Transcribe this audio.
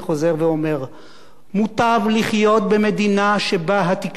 מוטב לחיות במדינה שבה התקשורת מפילה את הממשלה